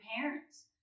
parents